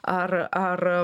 ar ar